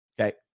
Okay